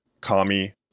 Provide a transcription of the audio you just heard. Kami